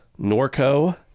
norco